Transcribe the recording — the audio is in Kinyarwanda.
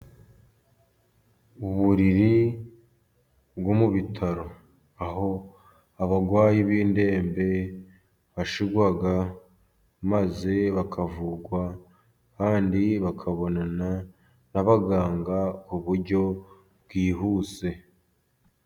Uburiri bwo mu bitaro, aho abarwayi b'indembe bashirwa, maze bakavurwa kandi bakabonana n'abaganga mu buryo bwihuse.